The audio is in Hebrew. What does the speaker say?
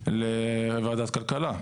לוועדת הכלכלה,